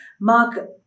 Mark